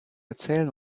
erzählen